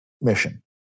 mission